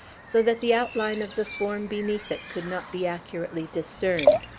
so that the outline of the form beneath it could not be accurately discerned.